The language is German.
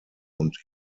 und